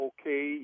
Okay